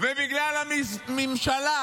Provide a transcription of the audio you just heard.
ובגלל הממשלה,